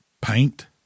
Paint